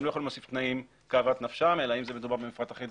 הם לא יכולים להוסיף תנאים כאוות נפשם אלא אם מדובר במפרט אחיד,